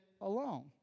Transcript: alone